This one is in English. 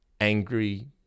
angry